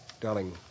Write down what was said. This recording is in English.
Darling